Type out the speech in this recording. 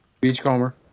Beachcomber